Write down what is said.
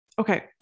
Okay